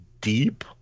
deep